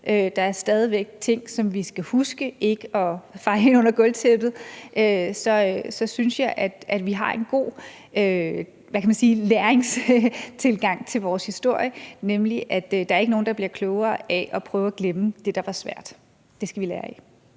der er stadig væk ting, som vi skal huske ikke at feje ind under gulvtæppet – synes jeg, at vi har en god læringstilgang til vores historie, nemlig at der ikke er nogen, der bliver klogere af at prøve at glemme det, der var svært. Det skal vi lære af.